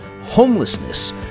homelessness